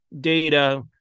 data